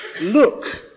Look